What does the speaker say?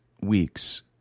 weeks